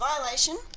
Violation